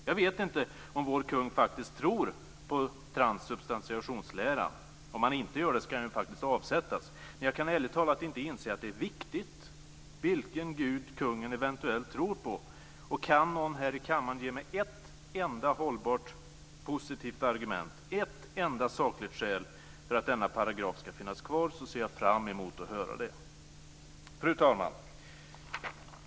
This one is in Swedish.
Jag vet inte om vår kung faktiskt tror på transsubstantiationsläran. Om han inte gör det ska han faktiskt avsättas. Men jag kan ärligt talat inte inse att det är viktigt vilken Gud kungen eventuellt tror på. Kan någon här i kammaren ge mig ett enda hållbart positivt argument, ett enda sakligt skäl, för att denna paragraf ska finnas kvar ser jag fram emot att höra det. Fru talman!